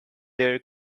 their